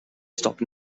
stopped